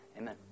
Amen